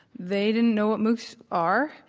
they didn't know what moocs are,